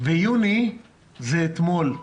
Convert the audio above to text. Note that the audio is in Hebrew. ויוני זה אתמול.